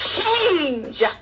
change